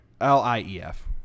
L-I-E-F